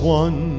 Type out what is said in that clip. one